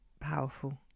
powerful